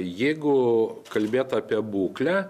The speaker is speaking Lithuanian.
jeigu kalbėt apie būklę